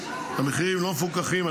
המחירים לא מפוקחים,